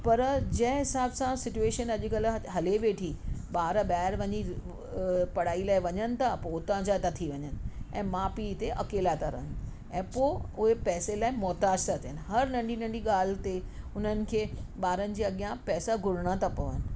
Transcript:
पर जंहिं हिसाब सां सिट्वेएशन अॼुकल्ह हले वेठी ॿार ॿाहिरि वञी पढ़ाई लाइ वञनि था पोइ हुतां जा था थी वञनि ऐं माउ पीउ हिते अकेला था रहनि ऐं पोइ उहे पैसे लाइ मुहताजु था थियनि हर नंढी नंढी ॻाल्हि ते हुननि खे ॿारनि जे अॻियां पैसा घुरणा था पवनि